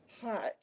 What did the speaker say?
Hot